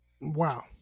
wow